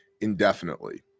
indefinitely